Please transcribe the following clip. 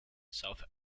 south